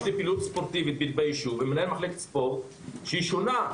יש לי פעילות ספורטיבית ביישוב שהיא שונה,